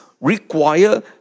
require